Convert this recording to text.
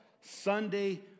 Sunday